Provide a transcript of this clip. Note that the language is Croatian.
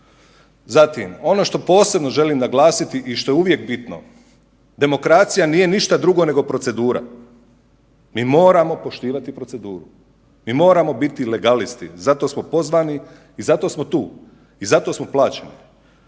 Zatim, ono što posebno želim naglasiti i što je uvijek bitno, demokracija nije ništa drugo nego procedura. Mi moramo poštivati proceduru, mi moramo biti legalisti zato smo pozvani i zato smo tu i zato smo plaćeni.